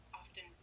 often